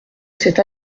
cette